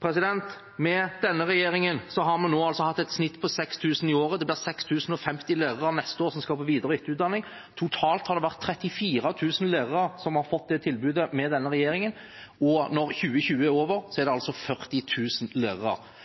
Med denne regjeringen har vi nå hatt et snitt på 6 000 i året. Det blir 6 050 lærere som neste år skal på videre- og etterutdanning. Totalt har 34 000 lærere fått det tilbudet med denne regjeringen. Når 2020 er over, er det altså 40 000 lærere.